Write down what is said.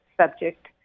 subject